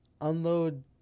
unload